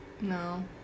no